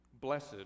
blessed